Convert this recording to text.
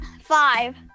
five